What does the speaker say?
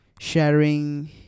sharing